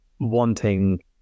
Wanting